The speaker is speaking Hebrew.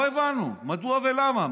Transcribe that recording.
לא הבנו מדוע ולמה.